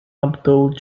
abdul